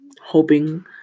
hoping